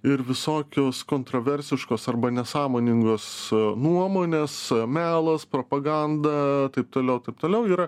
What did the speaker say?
ir visokios kontroversiškos arba nesąmoningos nuomonės melas propaganda taip toliau taip toliau yra